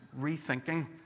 rethinking